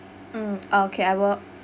mm okay I will